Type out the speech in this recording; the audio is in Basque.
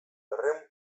herri